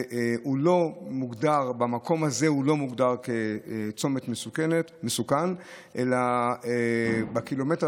המקום הזה לא מוגדר כצומת מסוכן אלא בקילומטר